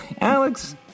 Alex